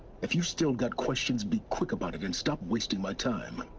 if you've still got questions, be quick about it and stop wasting my time!